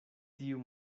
tiu